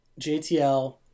jtl